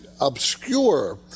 obscure